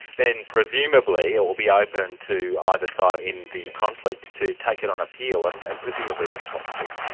then presumably it will be open to either side in the conflict to take it on appeal, and and presumably that's possible.